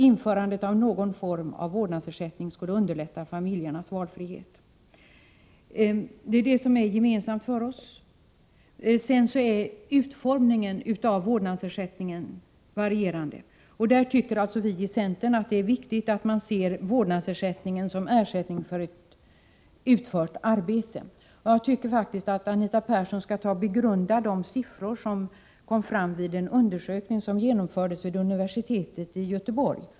Införandet av någon form av vårdnadsersättning skulle underlätta familjernas valfrihet.” Det är detta som är gemensamt för oss. Vad gäller utformningen av vårdnadsersättningen varierar våra uppfattningar. Viicentern tycker att det är viktigt att man ser vårdnadsersättningen som ersättning för ett utfört arbete. Jag tycker att Anita Persson skall begrunda de siffror som har kommit fram i en undersökning om vårdnadsersättning, gjord vid universitetet i Göteborg.